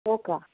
हो का